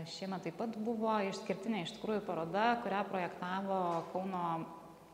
šiemet taip pat buvo išskirtinė iš tikrųjų paroda kurią projektavo kauno